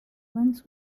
lens